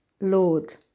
Lord